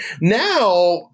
now